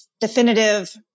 definitive